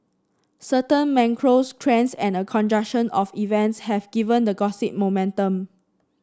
certain macro trends and a conjunction of events have given the gossip momentum